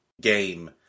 game